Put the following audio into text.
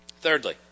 Thirdly